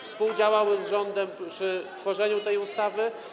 współdziałały z rządem przy tworzeniu tej ustawy.